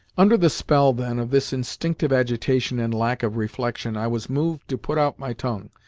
under the spell, then, of this instinctive agitation and lack of reflection i was moved to put out my tongue,